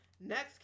next